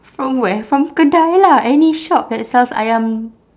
from where from kedai lah any shop that sells ayam